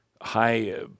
high